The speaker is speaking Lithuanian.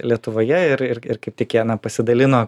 lietuvoje ir ir ir kaip tik jie na pasidalino